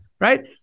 Right